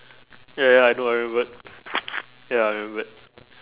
ya ya I know I remembered ya I remembered